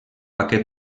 aquest